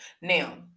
Now